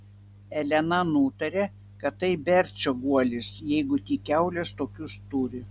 elena nutarė kad tai berčio guolis jeigu tik kiaulės tokius turi